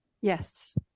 Yes